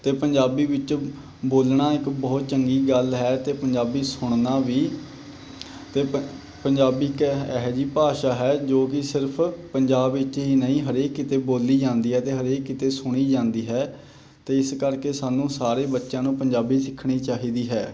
ਅਤੇ ਪੰਜਾਬੀ ਵਿੱਚ ਬੋਲਣਾ ਇੱਕ ਬਹੁਤ ਚੰਗੀ ਗੱਲ ਹੈ ਅਤੇ ਪੰਜਾਬੀ ਸੁਣਨਾ ਵੀ ਅਤੇ ਪੰ ਪੰਜਾਬੀ ਇੱਕ ਐਹ ਐਹ ਜਿਹੀ ਭਾਸ਼ਾ ਹੈ ਜੋ ਕਿ ਸਿਰਫ਼ ਪੰਜਾਬ ਵਿੱਚ ਹੀ ਨਹੀਂ ਹਰੇਕ ਕਿਤੇ ਬੋਲੀ ਜਾਂਦੀ ਹੈ ਅਤੇ ਹਰੇਕ ਕਿਤੇ ਸੁਣੀ ਜਾਂਦੀ ਹੈ ਅਤੇ ਇਸ ਕਰਕੇ ਸਾਨੂੰ ਸਾਰੇ ਬੱਚਿਆਂ ਨੂੰ ਪੰਜਾਬੀ ਸਿੱਖਣੀ ਚਾਹੀਦੀ ਹੈ